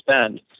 spend